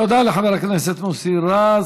תודה לחבר הכנסת מוסי רז.